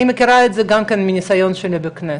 אני מכירה את זה גם כן מהניסיון שלי בכנסת,